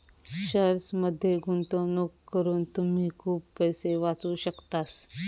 शेअर्समध्ये गुंतवणूक करून तुम्ही खूप पैसे वाचवू शकतास